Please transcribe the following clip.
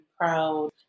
proud